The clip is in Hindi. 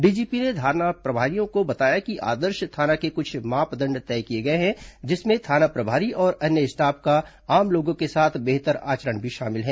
डीजीपी ने थाना प्रभारियों को बताया कि आदर्श थाना के कुछ मापदंड तय किए गए हैं जिसमें थाना प्रभारी और अन्य स्टाफ का आम लोगों के साथ बेहतर आचरण भी शामिल हैं